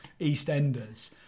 EastEnders